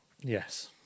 Yes